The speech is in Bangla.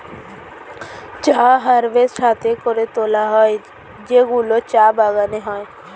চা হারভেস্ট হাতে করে তোলা হয় যেগুলো চা বাগানে হয়